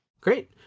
Great